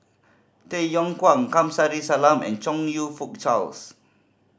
Tay Yong Kwang Kamsari Salam and Chong You Fook Charles